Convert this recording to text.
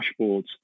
dashboards